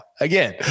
Again